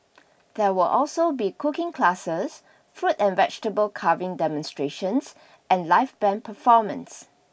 there will also be cooking classes fruit and vegetable carving demonstrations and live band performances